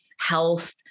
health